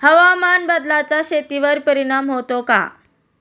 हवामान बदलाचा शेतीवर परिणाम होतो का?